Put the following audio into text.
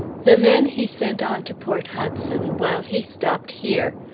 the men he sent on to port hudson, while he stopped here.